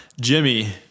Jimmy